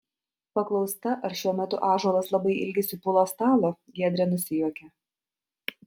paklausta ar šiuo metu ąžuolas labai ilgisi pulo stalo giedrė nusijuokė